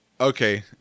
okay